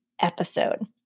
episode